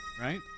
Right